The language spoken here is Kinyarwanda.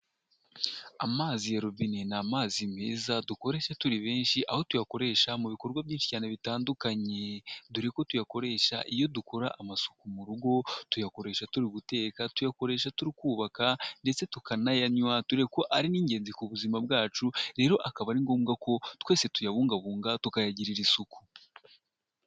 Amazi ya robine, ni amazi meza dukoresha turi benshi, aho tuyakoresha mu bikorwa byinshi cyane bitandukanye, dore ko tuyakoresha iyo dukora amasuku mu rugo, tuyakoresha turi guteka, tuyakoresha turi kubaka, ndetse tukanayanywa, dore ko ari n'ingenzi ku buzima bwacu, rero akaba ari ngombwa ko twese tuyabungabunga tukayagirira isuku.